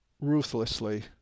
ruthlessly